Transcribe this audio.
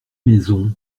maisons